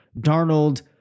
Darnold